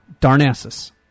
Darnassus